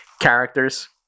characters